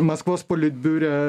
maskvos politbiure